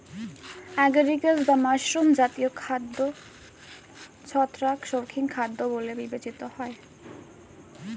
agaricus বা mushroom জাতীয় ছত্রাক শৌখিন খাদ্য বলে বিবেচিত হয়